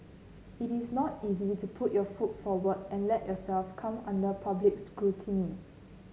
it is not easy to put your foot forward and let yourself come under public scrutiny